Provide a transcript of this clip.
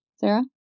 Sarah